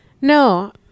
No